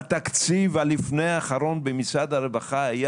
בתקציב הלפני האחרון במשרד הרווחה היה